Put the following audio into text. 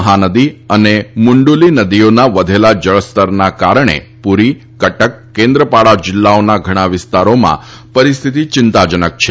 મહાનદી અને મુન્ડુલી નદીઓના વધેલા જળસ્તરના કારણે પુરી કદક કેન્દ્રપાડા જિલ્લાઓના ઘણા વિસ્તારોમાં પરિસ્થિતિ ચિંતાજનક છે